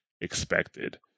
expected